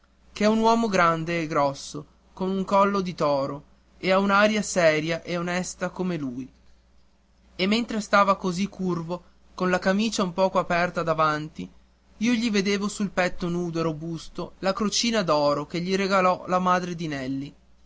che è un uomo grande e grosso con un collo di toro e ha un'aria seria e onesta come lui e mentre stava così curvo con la camicia un poco aperta davanti io gli vedevo sul petto nudo e robusto la crocina d'oro che gli regalò la madre di nelli